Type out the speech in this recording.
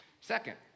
Second